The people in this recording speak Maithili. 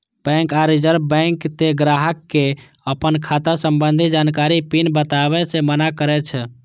बैंक आ रिजर्व बैंक तें ग्राहक कें अपन खाता संबंधी जानकारी, पिन बताबै सं मना करै छै